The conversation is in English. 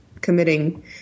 committing